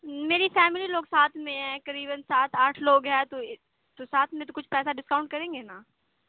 میری فیملی لوگ ساتھ میں ہے قریباً سات آٹھ لوگ ہے تو تو ساتھ میں تو کچھ پیسہ ڈسکاؤنٹ کریں گے نا